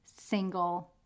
single